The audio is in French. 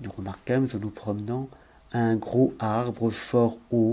nous remarquâmes en nous promenant un gros arbre fort